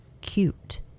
cute